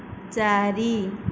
ଚାରି